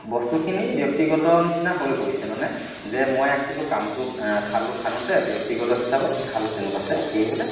বস্তুখিনি ব্যক্তিগত নিচিনা হৈ পৰিছে মানে যে মই আছিলোঁ কামটো খালটো খান্দোতে ব্যক্তিগত হিচাপত সেই খালটো তেনেকুৱা হৈছে সেই